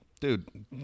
dude